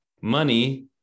Money